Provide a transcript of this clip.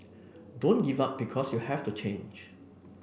don't give up because you have to change